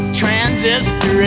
transistor